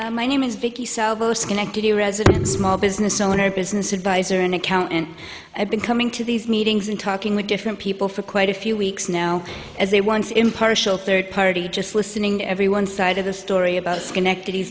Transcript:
you my name is vicky salvo schenectady resident small business owner business advisor an account and i've been coming to these meetings and talking with different people for quite a few weeks now as they once impartial third party just listening every one side of the story about schenectady